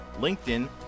LinkedIn